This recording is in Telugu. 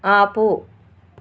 ఆపు